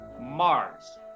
Mars